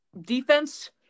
Defense